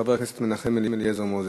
חבר הכנסת מנחם אליעזר מוזס.